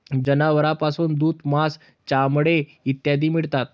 जनावरांपासून दूध, मांस, चामडे इत्यादी मिळतात